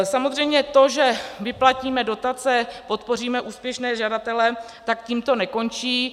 Samozřejmě to, že vyplatíme dotace, podpoříme úspěšné žadatele, tak tím to nekončí.